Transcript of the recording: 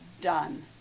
done